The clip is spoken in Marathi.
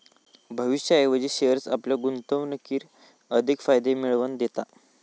भविष्याऐवजी शेअर्स आपल्या गुंतवणुकीर अधिक फायदे मिळवन दिता